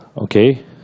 Okay